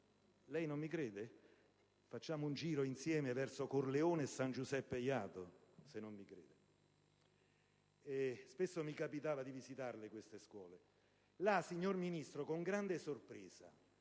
Lei non mi crede? La invito a fare un giro insieme verso Corleone e San Giuseppe Jato, se non mi crede. Come dicevo, spesso mi capitava di visitarle quelle scuole e là, signora Ministro, con grande sorpresa,